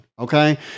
Okay